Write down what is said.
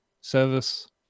service